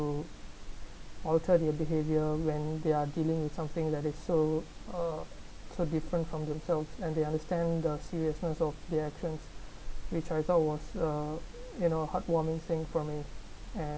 to alter their behavior when they are dealing with something that is so uh different from themselves and they understand the seriousness of the actions which I thought was a you know uh heartwarming thing for me and